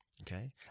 okay